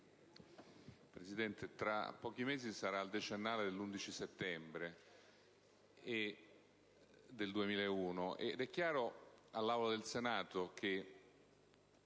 Presidente, tra pochi mesi sarà il decennale dell'11 settembre 2001, ed è chiaro all'Assemblea del Senato che